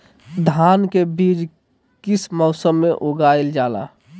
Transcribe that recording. धान के बीज किस मौसम में उगाईल जाला?